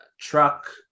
truck